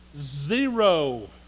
Zero